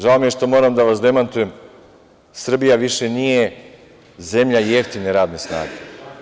Žao mi je što moram da vas demantujem, Srbija više nije zemlja jeftine radne snage.